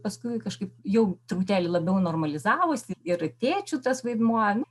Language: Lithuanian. paskui kažkaip jau truputėlį labiau normalizavosi ir tėčių tas vaidmuo